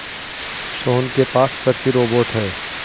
सोहन के पास कृषि रोबोट है